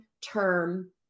term